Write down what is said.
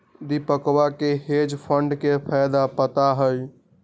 दीपकवा के hedge fund के फायदा पता हई